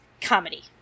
comedy